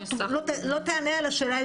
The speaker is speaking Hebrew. לא תענה על השאלה,